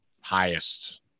highest